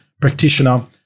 practitioner